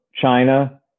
China